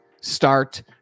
start